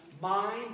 mind